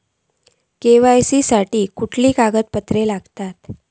KYC साठी कसली कागदपत्र लागतत?